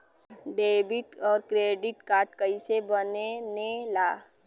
Debit और credit card कईसे बने ने ला?